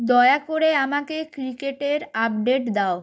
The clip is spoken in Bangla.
দয়া করে আমাকে ক্রিকেটের আপডেট দাও